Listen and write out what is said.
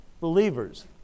believers